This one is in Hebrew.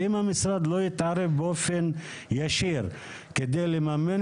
ואם המשרד לא יתערב באופן ישיר כדי לממן